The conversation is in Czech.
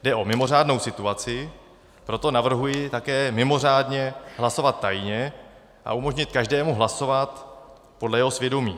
Jde o mimořádnou situaci, proto navrhuji také mimořádně hlasovat tajně a umožnit každému hlasovat podle jeho svědomí.